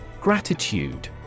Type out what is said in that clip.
Gratitude